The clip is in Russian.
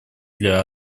для